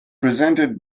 presented